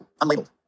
Unlabeled